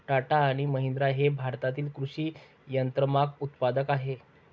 टाटा आणि महिंद्रा हे भारतातील कृषी यंत्रमाग उत्पादक आहेत